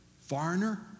foreigner